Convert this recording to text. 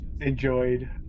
enjoyed